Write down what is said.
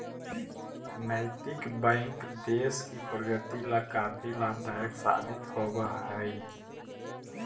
नैतिक बैंक देश की प्रगति ला काफी लाभदायक साबित होवअ हई